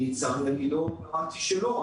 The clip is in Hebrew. אני לא אמרתי שלא.